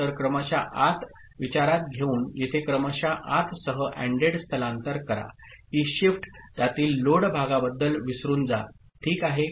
तर क्रमशः आत विचारात घेऊन येथे क्रमशः आतसह अँडड स्थलांतर करा ही शिफ्ट त्यातील लोड भागाबद्दल विसरून जा ठीक आहे